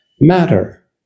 matter